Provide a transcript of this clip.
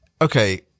okay